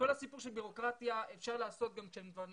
כל הסיפור של בירוקרטיה, אפשר לעשות כשהם כבר כאן.